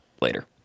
later